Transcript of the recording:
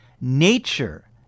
nature